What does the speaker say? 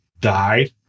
died